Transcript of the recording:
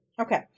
Okay